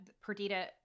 Perdita